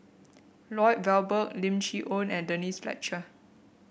Lloyd Valberg Lim Chee Onn and Denise Fletcher